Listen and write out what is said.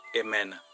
Amen